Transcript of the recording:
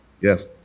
yes